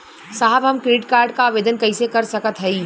साहब हम credit card क आवेदन कइसे कर सकत हई?